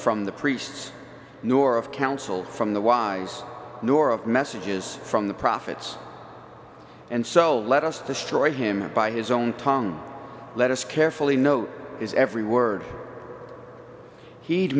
from the priest nor of counsel from the wise nor of messages from the prophets and so let us destroy him by his own tongue let us carefully note his every word he'd